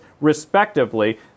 respectively